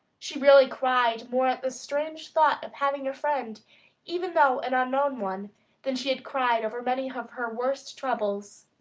she really cried more at this strange thought of having a friend even though an unknown one than she had cried over many of her worst troubles.